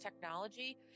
technology